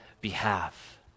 behalf